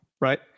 right